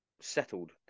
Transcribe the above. settled